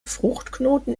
fruchtknoten